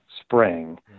spring